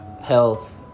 health